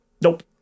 Nope